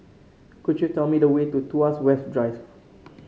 could you tell me the way to Tuas West Drive